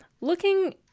looking